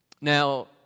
Now